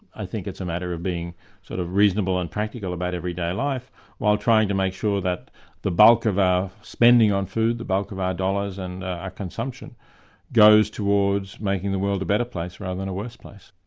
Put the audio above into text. i think it's a matter of being sort of reasonable and practical about everyday life while trying to make sure that the bulk of our spending on food, the bulk of our dollars and our ah consumption goes towards making the world a better place rather than a worse place.